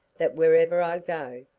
that wherever i go,